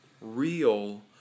real